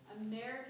American